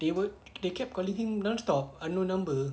they were they kept calling him non-stop unknown number